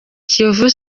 kiyovu